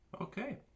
okay